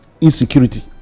insecurity